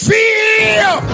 feel